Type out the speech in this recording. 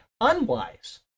unwise